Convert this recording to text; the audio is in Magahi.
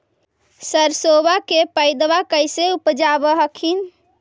सरसोबा के पायदबा कैसे उपजाब हखिन?